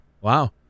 Wow